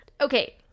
Okay